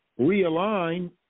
realign